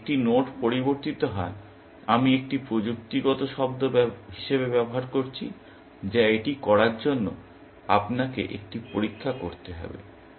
যদি একটি নোড পরিবর্তিত হয় আমি এটি একটি প্রযুক্তিগত শব্দ হিসাবে ব্যবহার করছি যা এটি করার জন্য আপনাকে একটি পরীক্ষা করতে হবে